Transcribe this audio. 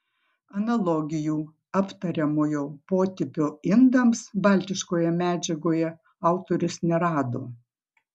analogijų aptariamojo potipio indams baltiškoje medžiagoje autorius nerado